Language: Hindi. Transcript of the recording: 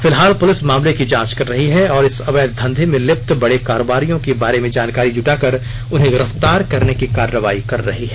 फिलहाल पुलिस मामले की जांच कर रही है और इस अवैध धंधे में लिप्त बड़े कारोबारियों के बारे में जानकारी जुटाकर उन्हें गिरफ्तार करने की कार्रवाई कर रही है